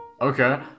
okay